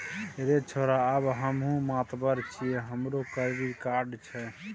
रे छौड़ा आब हमहुँ मातबर छियै हमरो क्रेडिट कार्ड छै